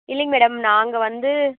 இல்லைங்க மேடம் நாங்கள் வந்து